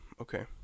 okay